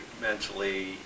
mentally